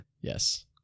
Yes